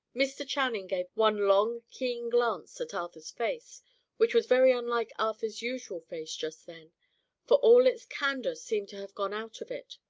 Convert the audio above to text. mr. channing gave one long, keen glance at arthur's face which was very unlike arthur's usual face just then for all its candour seemed to have gone out of it.